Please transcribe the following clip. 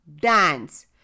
dance